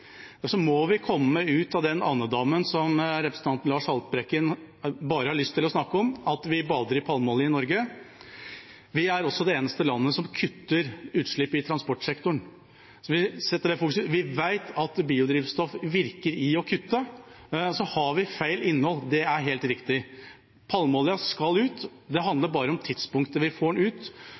så må vi komme ut av den andedammen som representanten Lars Haltbrekken bare har lyst til å snakke om, at vi bader i palmeolje i Norge. Vi er også det eneste landet som kutter utslipp i transportsektoren. Vi vet at biodrivstoff virker når det gjelder å kutte. Så har vi feil innhold – det er helt riktig. Palmeoljen skal ut, det handler bare om tidspunktet vi får den ut.